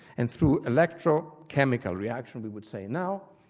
and through electrochemical reaction, we would say now,